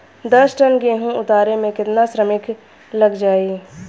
दस टन गेहूं उतारे में केतना श्रमिक लग जाई?